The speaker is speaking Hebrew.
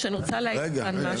המדינה לא משלמת להם.